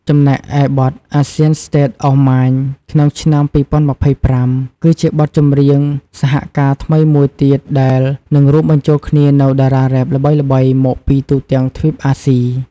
ចំណែកឯ បទ "ASIAN STATE OF MIND" ក្នុង ឆ្នាំ២០២៥ គឺជាបទចម្រៀងសហការថ្មីមួយទៀតដែលនឹងរួមបញ្ចូលគ្នានូវតារារ៉េបល្បីៗមកពីទូទាំងទ្វីបអាស៊ី។